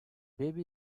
baby